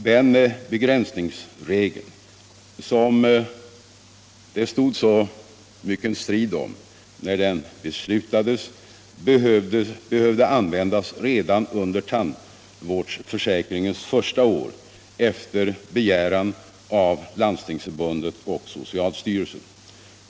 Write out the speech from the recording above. Den begränsningsregel, som det stod så mycken strid om när den beslutades, behövde användas redan under tandvårdsförsäkringens första år efter begäran av Landstingsförbundet och socialstyrelsen.